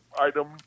item